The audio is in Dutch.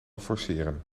forceren